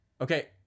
Okay